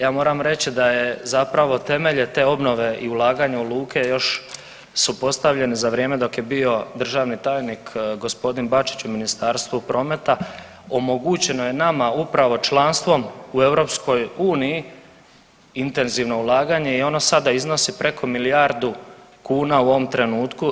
Ja moram reći da je, zapravo temelj je te obnove i ulaganja u luke još su postavljeni za vrijeme dok je bio državni tajnik g. Bačić u Ministarstvu prometa, omogućeno je nama upravo članstvom u EU intenzivno ulaganje i ono sada iznosi preko milijardu kuna u ovom trenutku.